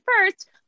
first